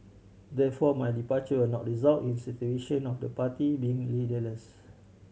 therefore my departure will not result in situation of the party being leaderless